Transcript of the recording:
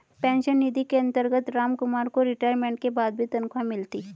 pension निधि के अंतर्गत रामकुमार को रिटायरमेंट के बाद भी तनख्वाह मिलती